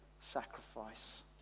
sacrifice